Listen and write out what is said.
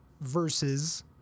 versus